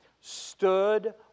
stood